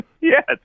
Yes